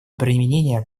применения